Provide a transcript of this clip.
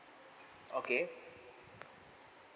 okay